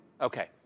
Okay